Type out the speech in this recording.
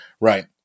right